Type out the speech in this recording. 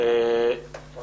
הישיבה